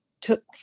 took